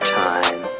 time